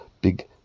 big